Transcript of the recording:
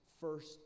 first